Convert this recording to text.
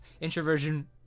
introversion